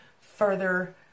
further